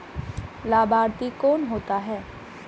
लाभार्थी कौन होता है?